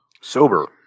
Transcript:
Sober